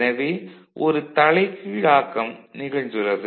எனவே ஒரு தலைகீழாக்கம் நிகழ்ந்துள்ளளது